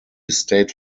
state